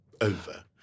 over